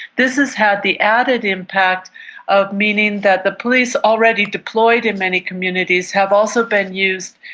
this has had the added impact of meaning that the police already deployed in many communities have also been used,